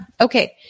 Okay